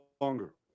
longer